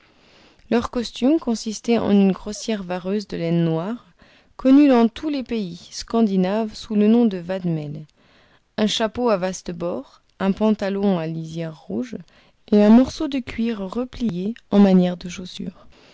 leur costume consistait en une grossière vareuse de laine noire connue dans tous les pays scandinaves sous le nom de vadmel un chapeau à vastes bords un pantalon à lisère rouge et un morceau de cuir replié en manière de chaussure